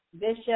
Bishop